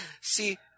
See